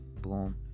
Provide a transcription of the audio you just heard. Boom